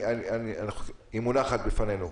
היא מונחת בפנינו.